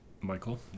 Michael